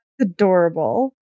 adorable